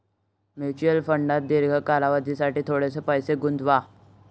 mutual फंडात दीर्घ कालावधीसाठी थोडेसे पैसे गुंतवा